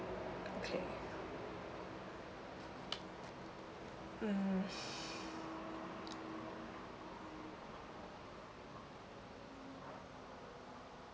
okay mm